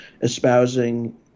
espousing